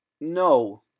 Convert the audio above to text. No